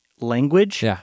language